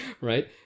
right